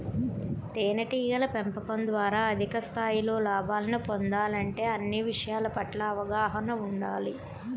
తేనెటీగల పెంపకం ద్వారా అధిక స్థాయిలో లాభాలను పొందాలంటే అన్ని విషయాల పట్ల అవగాహన ఉండాలి